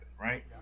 Right